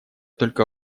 только